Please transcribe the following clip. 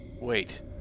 Wait